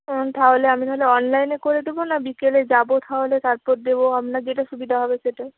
হুঁ তাহলে আমি তাহলে অনলাইনে করে দেবো না বিকেলে যাবো তাহলে তারপর দেবো আপনার যেটা সুবিধা হবে সেটা